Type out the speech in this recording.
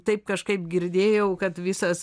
taip kažkaip girdėjau kad visas